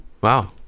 Wow